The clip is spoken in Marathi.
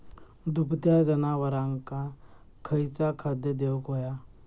दुभत्या जनावरांका खयचा खाद्य देऊक व्हया?